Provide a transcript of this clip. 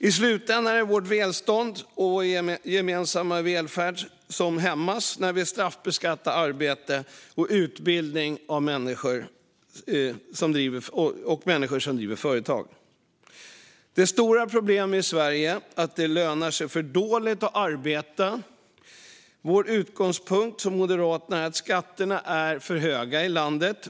I slutändan är det vårt välstånd och vår gemensamma välfärd som hämmas när vi straffbeskattar arbete, utbildning och människor som driver företag. Det stora problemet i Sverige är att det lönar sig för dåligt att arbeta. Moderaternas utgångspunkt är att skatterna i Sverige är för höga.